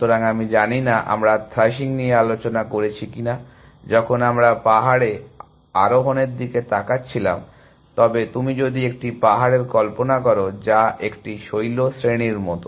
সুতরাং আমি জানি না আমরা থ্র্যাশিং নিয়ে আলোচনা করেছি কিনা যখন আমরা পাহাড়ে আরোহণের দিকে তাকাচ্ছিলাম তবে তুমি যদি একটি পাহাড়ের কল্পনা করো যা একটি শৈলশ্রেণীর মতো